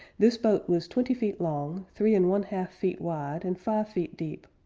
this boat was twenty feet long three and one-half feet wide, and five feet deep.